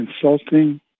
consulting